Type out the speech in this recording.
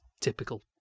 typical